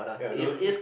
ya don't do